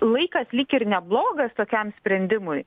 laikas lyg ir neblogas tokiam sprendimui